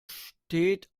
steht